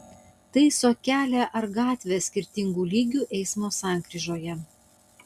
taiso kelią ar gatvę skirtingų lygių eismo sankryžoje